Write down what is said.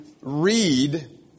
read